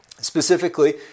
Specifically